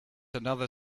another